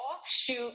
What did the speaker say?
offshoot